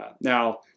now